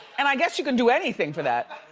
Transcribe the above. and i guess you can do anything for that.